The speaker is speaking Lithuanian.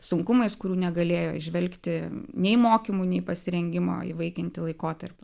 sunkumais kurių negalėjo įžvelgti nei mokymų nei pasirengimo įvaikinti laikotarpiu